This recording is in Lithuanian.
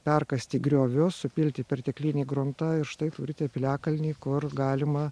perkasti griovius supilti perteklinį gruntą ir štai turite piliakalnį kur galima